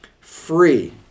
Free